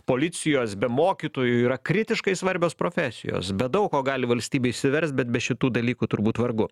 policijos be mokytojų yra kritiškai svarbios profesijos be daug ko gali valstybė išsiverst bet šitų dalykų turbūt vargu